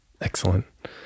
Excellent